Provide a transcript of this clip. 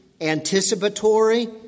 anticipatory